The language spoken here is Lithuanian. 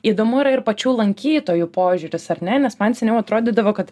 įdomu yra ir pačių lankytojų požiūris ar ne nes man seniau atrodydavo kad